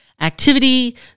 activity